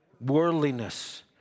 Worldliness